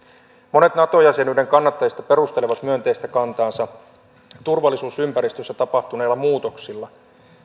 monet nato jäsenyyden kannattajista perustelevat myönteistä kantaansa turvallisuusympäristössä tapahtuneilla muutoksilla